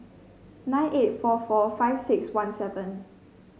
nine eight four four five six one seven